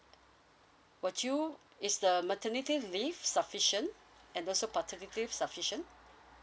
would you is the maternity leave sufficient and also paternity leave sufficient